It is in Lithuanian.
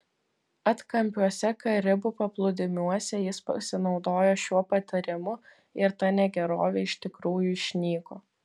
atkampiuose karibų paplūdimiuose jis pasinaudojo šiuo patarimu ir ta negerovė iš tikrųjų išnyko